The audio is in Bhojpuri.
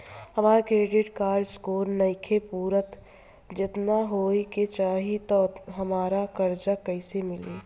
हमार क्रेडिट स्कोर नईखे पूरत जेतना होए के चाही त हमरा कर्जा कैसे मिली?